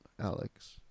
Alex